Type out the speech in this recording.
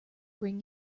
bring